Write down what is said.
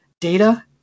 data